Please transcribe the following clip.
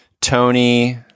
Tony